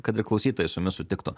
kad ir klausytojai su jumis sutiktų